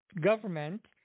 government